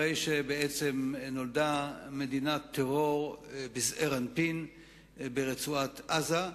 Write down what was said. הרי שבעצם נולדה מדינת טרור בזעיר אנפין ברצועת-עזה,